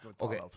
okay